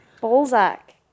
Balzac